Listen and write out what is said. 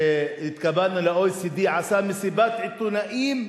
כשהתקבלנו ל-OECD, עשה מסיבת עיתונאים,